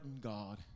God